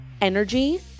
energy